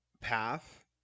path